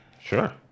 sure